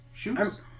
Shoes